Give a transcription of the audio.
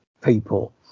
people